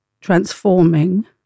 transforming